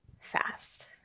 fast